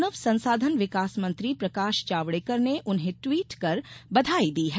मानव संसाधन विकास मंत्री प्रकाश जावड़ेकर ने उन्हें ट्वीट कर बधाई दी है